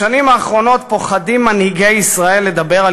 בשנים האחרונות פוחדים מנהיגי ישראל לדבר על